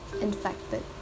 infected